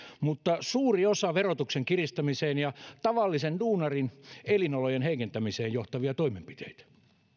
mutta suuri osa on verotuksen kiristämiseen ja tavallisen duunarin elinolojen heikentämiseen johtavia toimenpiteitä